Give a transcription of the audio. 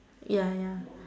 ya ya